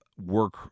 work